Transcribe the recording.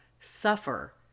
suffer